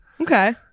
Okay